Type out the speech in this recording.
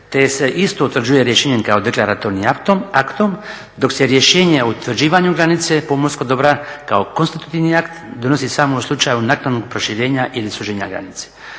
te se isto utvrđuje rješenjem kao … aktom dok se rješenje o utvrđivanju granice pomorskog dobra kao … akt donosi samo u slučaju naknadnog proširenja ili suženja granice.